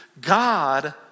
God